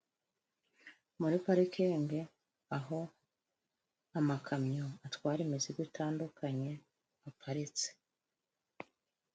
Muri parikingi aho amakamyo atwara imizigo itandukanye aparitse.